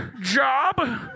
job